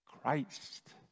Christ